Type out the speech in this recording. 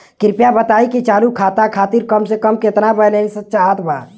कृपया बताई कि चालू खाता खातिर कम से कम केतना बैलैंस चाहत बा